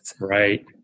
right